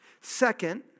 Second